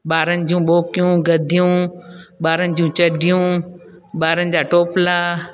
ॿारनि जूं बोकियूं गद्दियूं ॿारनि जूं चड्डियूं ॿारनि जा टोपला